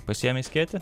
pasiėmei skėtį